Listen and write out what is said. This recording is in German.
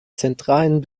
zentralen